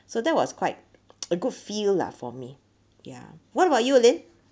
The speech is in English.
so that was quite a good feel lah for me yeah what about you ling